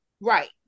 Right